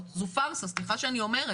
כפר קאסם וחדרה.